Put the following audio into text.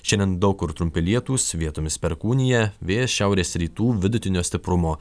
šiandien daug kur trumpi lietūs vietomis perkūnija vėjas šiaurės rytų vidutinio stiprumo